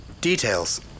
Details